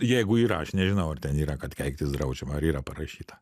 jeigu yra aš nežinau ar ten yra kad keiktis draudžiama ar yra parašyta